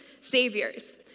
Saviors